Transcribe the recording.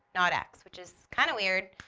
not x, which is kind of weird.